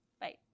Bye